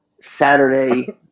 Saturday